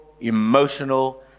emotional